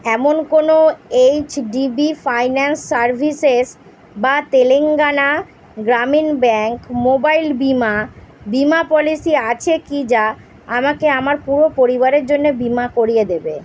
এমন কোনো H D B finance services বা তেলেঙ্গানা গ্রামীণ ব্যাঙ্ক মোবাইল বিমা বিমা পলিসি আছে কি যা আমাকে আমার পুরো পরিবারের জন্যে বিমা করিয়ে দেবে